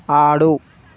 ఆడు